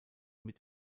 mit